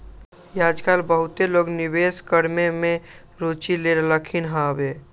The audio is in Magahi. याजकाल बहुते लोग निवेश करेमे में रुचि ले रहलखिन्ह हबे